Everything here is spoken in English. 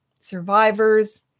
survivors